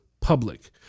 public